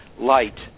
light